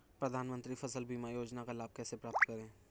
प्रधानमंत्री फसल बीमा योजना का लाभ कैसे प्राप्त करें?